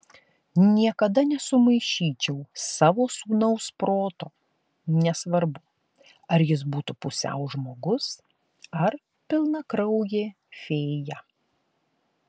niekada nesumaišyčiau savo sūnaus proto nesvarbu ar jis būtų pusiau žmogus ar pilnakraujė fėja